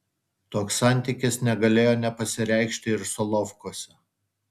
toks santykis negalėjo nepasireikšti ir solovkuose